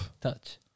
Touch